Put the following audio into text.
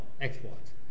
exports